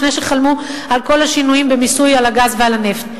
לפני שחלמו על כל השינויים במיסוי על הגז ועל הנפט.